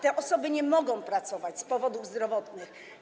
Te osoby nie mogą pracować z powodów zdrowotnych.